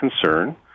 concern